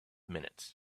minutes